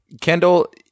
Kendall